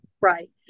Right